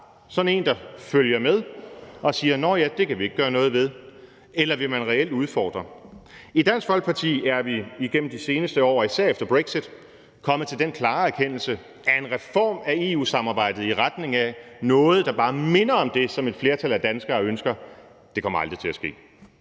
sådan en, der følger med og siger: Nå ja, det kan vi ikke gøre noget ved? Eller vil man reelt udfordre? I Dansk Folkeparti er vi igennem de seneste år, og især efter brexit, kommet til den klare erkendelse, at en reform af EU-samarbejdet i retning af noget, der bare minder om det, som et flertal af danskerne ønsker, aldrig kommer til at ske.